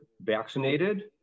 vaccinated